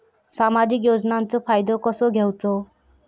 सामाजिक योजनांचो फायदो कसो घेवचो?